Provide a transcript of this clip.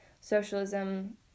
socialism